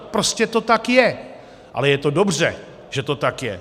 Prostě to tak je, ale je to dobře, že to tak je.